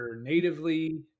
natively